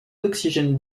d’oxygène